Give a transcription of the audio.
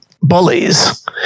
bullies